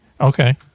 Okay